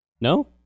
No